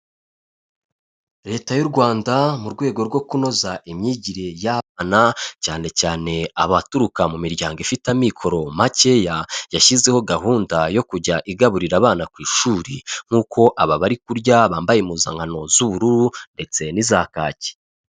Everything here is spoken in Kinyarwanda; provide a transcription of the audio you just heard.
Leta y'u Rwanda mu rwego rwo kunoza imyigire y'abana, cyane cyane abaturuka mu miryango ifite amikoro makeya, yashyizeho gahunda yo kujya igaburira abana ku ishuri nk'uko aba bari kurya bambaye impuzankano z'ubururu ndetse n'iza kaki.